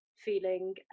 feeling